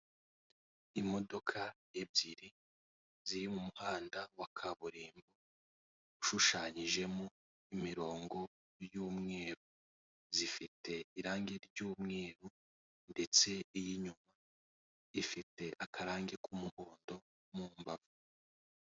Imodoka ebyiri ziri mu muhanda wa kaburimbo, ushashanyijemo imirongo y'umweru, zifite irangi ry'umweru ndetse iy'inyuma ifite akarangi k'umuhondo mu mbavu.